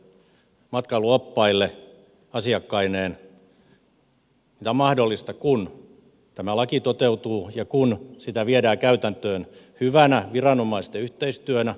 tämä on mahdollista kun tämä laki toteutuu ja kun sitä viedään käytäntöön hyvänä viranomaisten yhteistyönä